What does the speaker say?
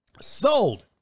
Sold